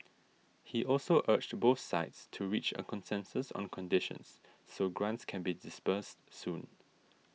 he also urged both sides to reach a consensus on conditions so grants can be disbursed soon